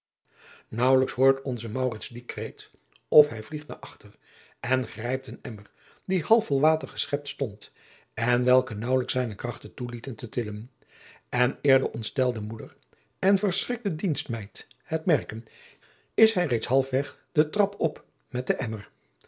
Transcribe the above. naauwelijks hoort onze maurits dien kreet of hij vliegt naar achter en grijpt een emmer die half vol water geschept stond en welken naauwelijks zijne krachten toelieten te tillen en eer de ontstelde moeder en verschrikte dienstmeid het merken is hij reeds halfweg den trap op met den emmer